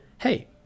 Hey